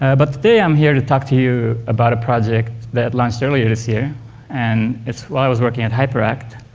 ah but today i'm here to talk to you about a project that launched earlier this year and it was while i was working at hyperakt,